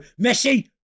Messi